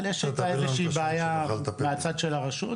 אבל יש איתה איזו שהיא בעיה מהצד של הרשות.